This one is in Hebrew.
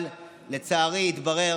אבל לצערי התברר